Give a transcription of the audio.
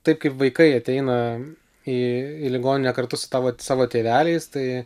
taip kaip vaikai ateina į ligoninę kartu su tavo savo tėveliais tai